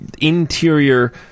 interior